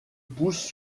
pousse